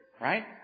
right